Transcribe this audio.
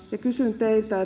kysyn teiltä